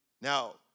Now